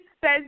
says